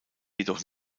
jedoch